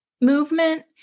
movement